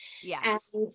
Yes